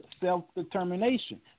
self-determination